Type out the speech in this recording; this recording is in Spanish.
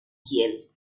kiel